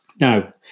Now